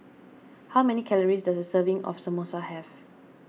how many calories does a serving of Samosa have